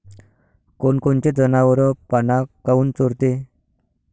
कोनकोनचे जनावरं पाना काऊन चोरते?